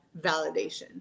validation